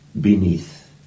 Beneath